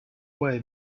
way